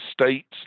states